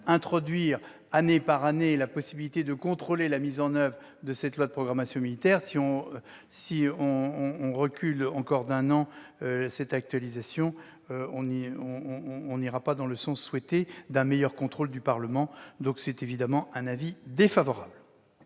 introduire, année par année, la possibilité de contrôler la mise en oeuvre de la future loi de programmation militaire. Si l'on recule encore d'un an son actualisation, on n'ira pas dans le sens souhaité d'un meilleur contrôle du Parlement. L'avis de la commission est donc défavorable.